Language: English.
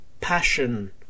passion